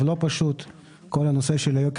בכל הנושא שקשור